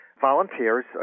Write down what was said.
volunteers